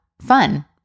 fun